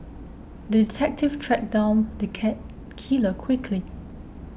the detective tracked down the cat killer quickly